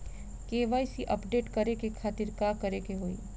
KYC update करे के खातिर का करे के होई?